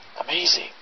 Amazing